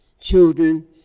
children